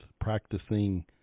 practicing